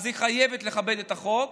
היא חייבת לכבד את החוק,